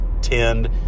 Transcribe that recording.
tend